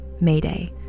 Mayday